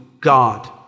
God